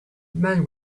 man